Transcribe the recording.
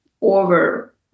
over